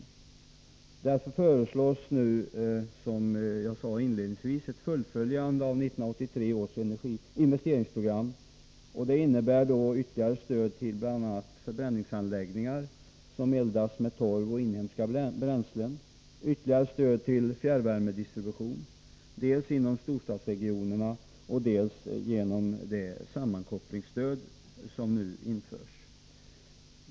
Utskottet föreslår nu, som jag sade inledningsvis, ett fullföljande av 1983 års investeringsprogram. Det innebär ytterligare stöd till bl.a. förbränningsanläggningar som eldas med torv och inhemska bränslen, ytterligare stöd till fjärrvärmedistribution, dels inom storstadsregionerna, dels genom det sammankopplingsstöd som nu införs.